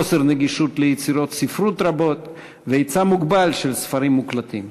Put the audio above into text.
חוסר נגישות ליצירות ספרות רבות והיצע מוגבל של ספרים מוקלטים.